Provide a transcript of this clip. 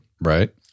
Right